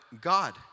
God